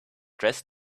dress